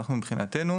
אנחנו מבחינתנו,